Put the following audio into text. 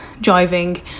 driving